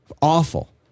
Awful